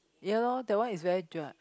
yeah lor that one is very dry